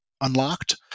unlocked